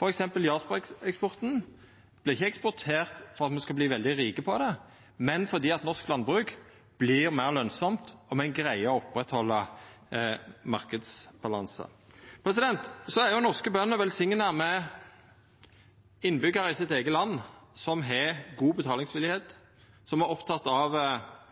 f.eks. Jarlsberg-ost. Han vert ikkje eksportert fordi me skal verta veldig rike på det, men fordi norsk landbruk vert meir lønsamt om ein greier å oppretthalda marknadsbalansen. Norske bønder er velsigna med innbyggjarar i sitt eige land som har god betalingsvilje, som er opptekne av